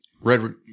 Red